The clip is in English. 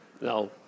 No